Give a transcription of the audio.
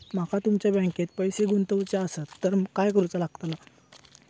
माका तुमच्या बँकेत पैसे गुंतवूचे आसत तर काय कारुचा लगतला?